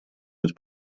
быть